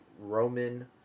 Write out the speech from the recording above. Roman